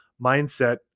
mindset